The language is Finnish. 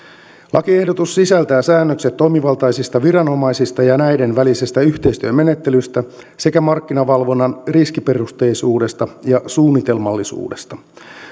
lakiehdotus sisältää säännökset toimivaltaisista viranomaisista ja näiden välisestä yhteistyömenettelystä sekä markkinavalvonnan riskiperusteisuudesta ja suunnitelmallisuudesta